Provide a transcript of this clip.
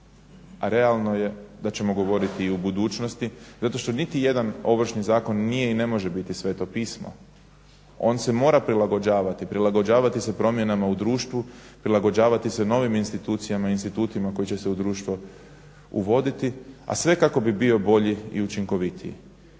a realno je da ćemo govoriti u budućnosti zato što niti jedan Ovršni zakon nije i ne može biti Sv. Pismo. On se mora prilagođavati, prilagođavati se promjenama u društvu, prilagođavati se novim institucijama i institutima koji će se u društvo uvoditi, a sve kako bi bio bolji i učinkovitiji